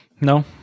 no